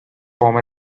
form